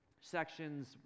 sections